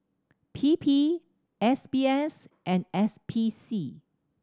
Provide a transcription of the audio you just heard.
P P S B S and S P C